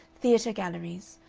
theatre galleries,